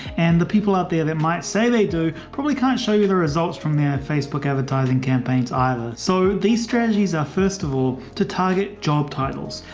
and the people out there that might say they do probably can't show you the results from their facebook advertising campaigns either. so these strategies are, first of all, to target job titles.